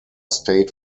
stayed